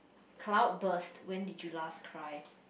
cloudburst when did you last cry